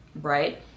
right